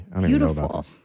beautiful